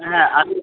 হ্যাঁ আমি